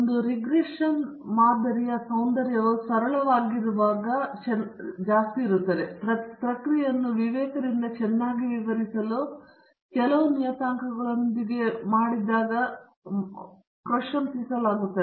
ಒಂದು ರಿಗ್ರೆಷನ್ ಮಾದರಿಯ ಸೌಂದರ್ಯವು ಸರಳವಾಗಿದ್ದಾಗ ಮತ್ತು ಪ್ರಕ್ರಿಯೆಯನ್ನು ವಿವೇಕದಿಂದ ಚೆನ್ನಾಗಿ ವಿವರಿಸಲು ಕೆಲವು ನಿಯತಾಂಕಗಳೊಂದಿಗೆ ಸಹ ಪ್ರಶಂಸಿಸಲಾಗುತ್ತದೆ